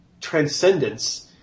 transcendence